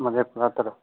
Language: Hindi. मधेपुरा तरफ़